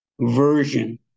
version